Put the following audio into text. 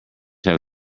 have